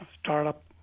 startup